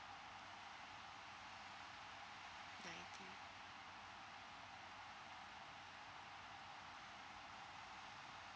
nineteen